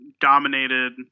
dominated